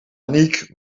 anniek